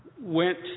went